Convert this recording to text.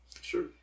Sure